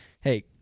Hey